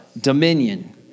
dominion